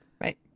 right